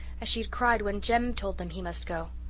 as she had cried when jem told them he must go?